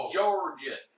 Georgia